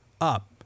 up